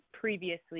previously